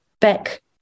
back